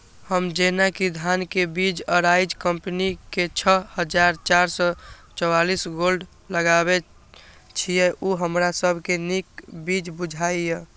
हम जेना कि धान के बीज अराइज कम्पनी के छः हजार चार सौ चव्वालीस गोल्ड लगाबे छीय उ हमरा सब के नीक बीज बुझाय इय?